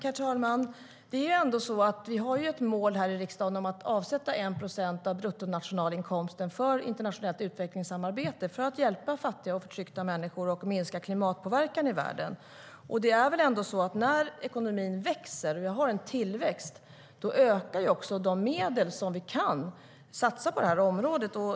STYLEREF Kantrubrik \* MERGEFORMAT Internationellt biståndHerr talman! Det är ändå så att vi här i riksdagen har ett mål om att avsätta 1 procent av bruttonationalinkomsten för internationellt utvecklingssamarbete för att hjälpa fattiga och förtryckta människor och minska klimatpåverkan i världen. När ekonomin växer och vi har en tillväxt ökar också de medel som vi kan satsa på det här området.